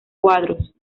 cuadros